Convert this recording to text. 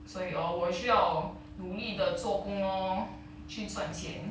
所以 hor 我需要努力的做工 lor 去算钱